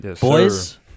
Boys